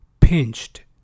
pinched